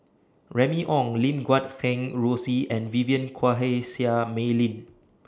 Remy Ong Lim Guat Kheng Rosie and Vivien Quahe Seah Mei Lin